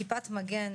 כיפת מגן,